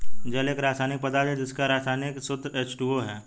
जल एक रसायनिक पदार्थ है जिसका रसायनिक सूत्र एच.टू.ओ है